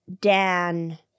dan